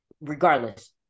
regardless